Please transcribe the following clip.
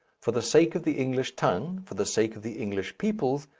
for the sake of the english tongue, for the sake of the english peoples,